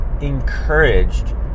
encouraged